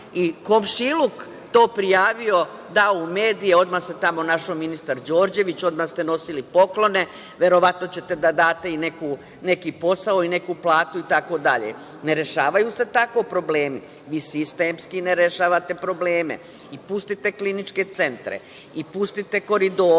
I komšiluk je to prijavio, dao u medije. Odmah se tamo našao ministar Đorđević. Odmah ste nosili poklone. Verovatno ćete da date i neki posao i neku platu itd. Ne rešavaju se tako problemi. Vi sistemski ne rešavate probleme. Pustite kliničke centre i pustite koridore